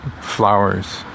flowers